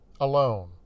alone